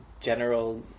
general